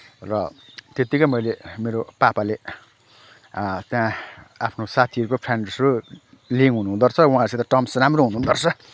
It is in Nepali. र त्यतिकै मैले मेरो पापाले त्यहाँ आफ्नो साथीहरूको फ्रेन्ड्सहरूसँग लिङ्क हुनुहुँदो रहेछ उहाँहरूसँग टर्म्स राम्रो हुनुहुँदो रहेछ